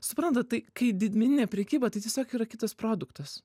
suprantat tai kai didmeninė prekyba tai tiesiog yra kitas produktas